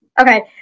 Okay